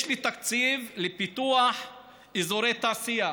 יש לי תקציב לפיתוח אזורי תעשייה.